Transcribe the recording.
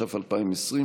התש"ף 2020,